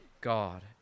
God